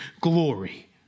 glory